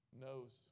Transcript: knows